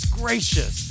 gracious